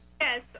Yes